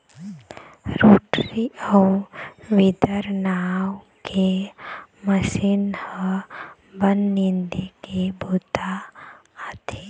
rotary अउ weeder नांव के मसीन ह बन निंदे के बूता आथे